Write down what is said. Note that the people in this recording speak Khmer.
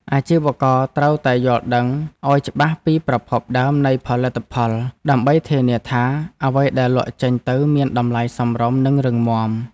អាជីវករត្រូវតែយល់ដឹងឱ្យច្បាស់ពីប្រភពដើមនៃផលិតផល ដើម្បីធានាថាអ្វីដែលលក់ចេញទៅមានតម្លៃសមរម្យនិងរឹងមាំ។